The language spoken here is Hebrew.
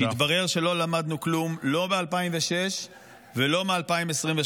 שיתברר שלא למדנו כלום, לא ב-2006 ולא ב-2023.